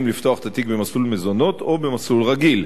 לפתוח את התיק במסלול מזונות או במסלול רגיל.